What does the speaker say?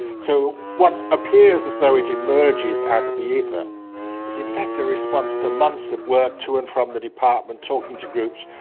so what appears as though it emerges out of the ether is in fact a response to months of work to and from the department, talking to groups,